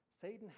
Satan